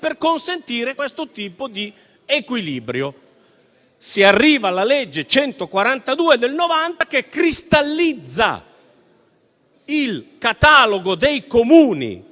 per consentire questo tipo di equilibrio. Si arriva poi alla legge n. 142 del 1990, che cristallizza il catalogo dei Comuni